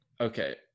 Okay